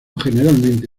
generalmente